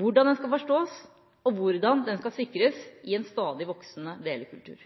hvordan den skal forstås, og hvordan den skal sikres i en stadig voksende delekultur.